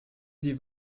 sie